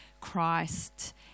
Christ